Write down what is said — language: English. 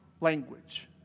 language